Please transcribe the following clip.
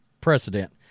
precedent